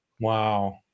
Wow